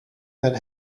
that